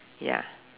ya